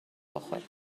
بخوریم